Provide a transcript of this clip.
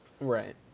Right